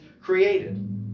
created